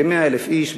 כ-100,000 איש,